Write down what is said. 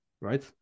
right